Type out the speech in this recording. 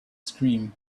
scream